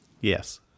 Yes